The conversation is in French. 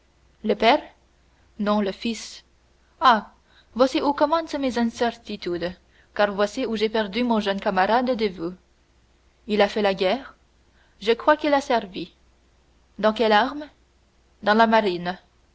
le père non le fils ah voici où commencent mes incertitudes car voici où j'ai perdu mon jeune camarade de vue il a fait la guerre je crois qu'il a servi dans quelle arme dans la marine